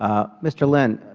ah mr. lynn,